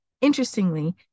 Interestingly